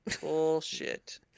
Bullshit